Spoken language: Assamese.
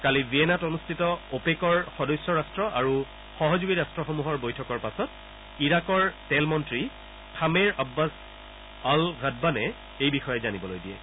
কালি ভিয়েনাত অনুষ্ঠিত অপেকৰ সদস্য ৰাট্ট আৰু সহযোগী ৰাট্টসমূহৰ বৈঠকৰ পাছত ইৰাকৰ তেল মন্ত্ৰী থামেৰ আববাছ আল ঘাডবানে এই বিষয়ে জানিবলৈ দিয়ে